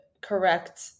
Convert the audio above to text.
correct